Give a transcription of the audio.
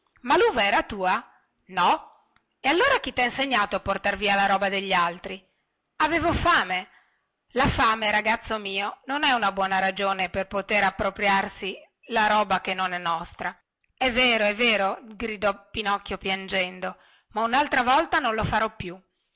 ma luva era tua no e allora chi tha insegnato a portar via la roba degli altri avevo fame la fame ragazzo mio non è una buona ragione per potere appropriarsi la roba che non è nostra è vero è vero gridò pinocchio piangendo ma unaltra volta non lo farò più